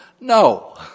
No